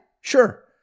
sure